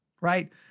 Right